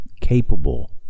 capable